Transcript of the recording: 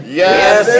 yes